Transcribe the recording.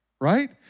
Right